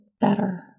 better